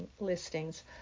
listings